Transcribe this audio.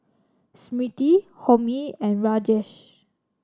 Smriti Homi and Rajesh